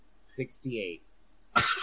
Sixty-eight